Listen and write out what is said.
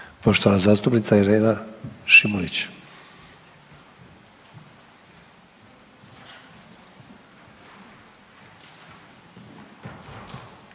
poštovana zastupnica Irena Šimunić.